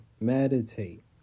meditate